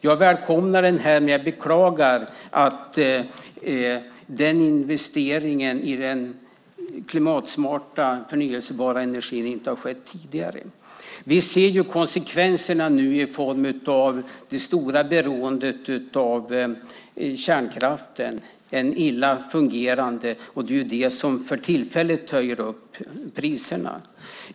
Jag välkomnar den, men jag beklagar att investeringen i den klimatsmarta förnybara energin inte har skett tidigare. Vi ser nu konsekvenserna i form av det stora beroendet av kärnkraften. Den är illa fungerande, och det är det som för tillfället höjer priserna.